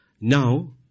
Now